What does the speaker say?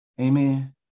Amen